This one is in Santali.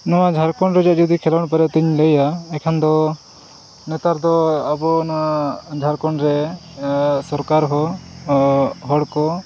ᱱᱚᱣᱟ ᱡᱷᱟᱲᱠᱷᱚᱸᱰ ᱨᱮ ᱡᱩᱫᱤ ᱠᱷᱮᱞᱳᱱᱰ ᱵᱟᱨᱮᱛᱤᱧ ᱞᱟᱹᱭᱟ ᱮᱱᱠᱷᱟᱱ ᱫᱚ ᱱᱮᱛᱟᱨ ᱫᱚ ᱟᱵᱚ ᱱᱚᱣᱟ ᱡᱷᱟᱲᱠᱷᱚᱸᱰ ᱨᱮ ᱥᱚᱨᱠᱟᱨ ᱦᱚᱸ ᱦᱚᱲ ᱠᱚ